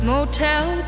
Motel